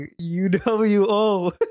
UWO